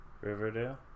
Riverdale